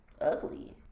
ugly